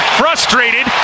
frustrated